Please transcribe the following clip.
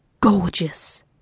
gorgeous